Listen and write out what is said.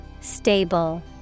Stable